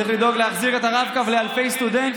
צריך לדאוג להחזיר את הרב-קו לאלפי סטודנטים